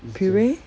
puree